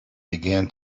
began